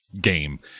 game